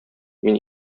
мин